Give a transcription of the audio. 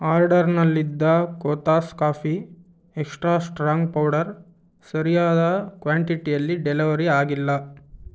ಆರ್ಡರ್ನಲ್ಲಿದ್ದ Kothas coffee extra strong powder ಸರಿಯಾದ ಕ್ವಾಂಟಿಟಿಯಲ್ಲಿ delivery ಆಗಿಲ್ಲ